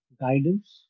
guidance